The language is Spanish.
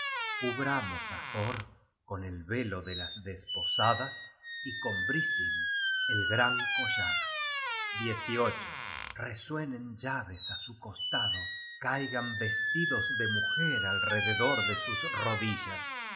cubramos á thor con el velo de las desposadas y con brising el gran collar resuenen llaves á su costado caigan vestidos de mujer alrededor de sus rodillas